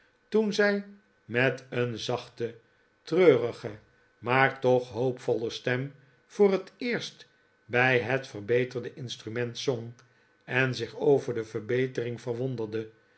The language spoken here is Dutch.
toen zij met een zachte treurige maar toch hoopvolle stem voor het eerst bij het verbeterde instrument zong en zich over de verbetering